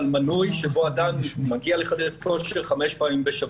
על מנוי שבו אדם מגיע לחדר כושר חמש פעמים בשבוע.